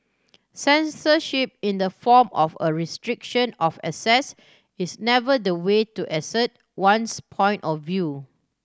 censorship in the form of a restriction of access is never the way to assert one's point of view